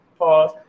pause